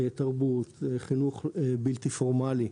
תרבות, חינוך בלתי פורמלי,